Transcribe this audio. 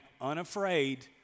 Unafraid